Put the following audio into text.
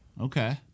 okay